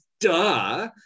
Duh